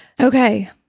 Okay